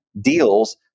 deals